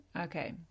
Okay